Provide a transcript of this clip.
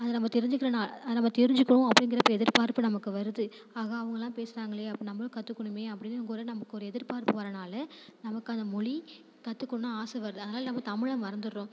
அதை நம்ம தெரிஞ்சிக்கணுன்னா அதை நம்ம தெரிஞ்சிக்கணும் அப்படிங்கிறப்ப எதிர்பார்ப்பு நமக்கு வருது ஆஹா அவங்கலாம் பேசுகிறாங்களே அப்போ நம்மளும் கற்றுக்கணுமே அப்படிங்கக்குள்ள நமக்கு ஒரு எதிர்பார்ப்பு வரனால நமக்கு அந்த மொழி கற்றுக்கணுன்னு ஆசை வருது அதனால் நம்ம தமிழை மறந்துடுறோம்